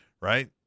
right